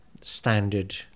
standard